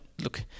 look